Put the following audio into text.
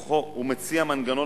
הוא מציע מנגנון,